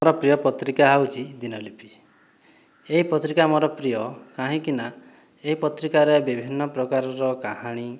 'ର ପ୍ରିୟ ପତ୍ରିକା ହେଉଛି ଦିନଲିପି ଏ ପତ୍ରିକା ମୋର ପ୍ରିୟ କାହିଁକି ନା ଏ ପତ୍ରିକାରେ ବିଭିନ୍ନ ପ୍ରକାରର କାହାଣୀ